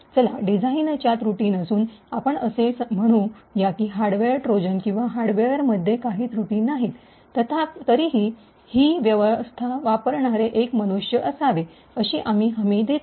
चला डिझाइनच्या त्रुटी नसून आपण असे म्हणू या की हार्डवेअर ट्रोजन्स किंवा हार्डवेअरमध्ये काही त्रुटी नाहीत तरीही ही व्यवस्था वापरणारे एक मनुष्य असावे अशी आम्ही हमी देतो